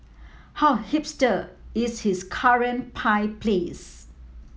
how hipster is his current pie place